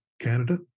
Canada